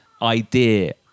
idea